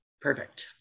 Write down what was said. Perfect